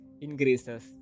increases